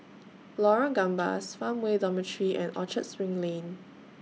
Lorong Gambas Farmway Dormitory and Orchard SPRING Lane